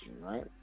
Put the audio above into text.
right